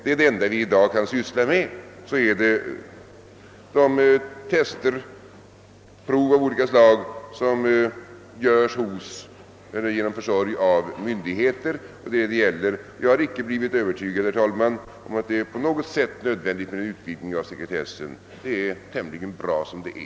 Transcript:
Det enda vi i dag kan syssla med är de test och prov av olika slag som görs genom myndigheternas försorg. Jag har icke på något sätt blivit övertygad om att det är nödvändigt med en utvidgning av sekretessen. Det är tämligen bra som det är.